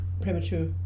premature